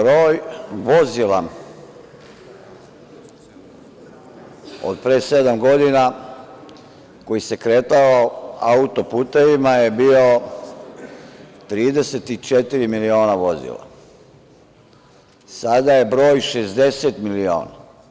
Broj vozila od pre sedam godina koji se kretao auto-putevima je bio 34 miliona vozila, sada je broj 60 miliona.